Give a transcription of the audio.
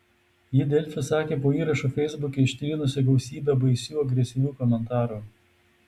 ji delfi sakė po įrašu feisbuke ištrynusi gausybę baisių agresyvių komentarų